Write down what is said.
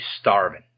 starving